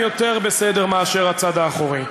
זיו פניך הם יותר בסדר מאשר הצד האחורי.